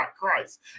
Christ